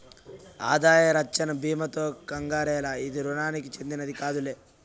ఆదాయ రచ్చన బీమాతో కంగారేల, ఇది రుణానికి చెందినది కాదులే